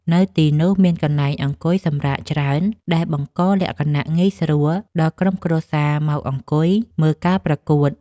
នៅទីនោះមានកន្លែងអង្គុយសម្រាកច្រើន ដែលបង្កលក្ខណៈងាយស្រួលដល់ក្រុមគ្រួសារមកអង្គុយមើលការប្រកួត។